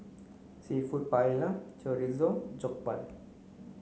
Seafood Paella Chorizo Jokbal